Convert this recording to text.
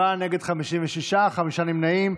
בעד, 48, נגד, 56, חמישה נמנעים.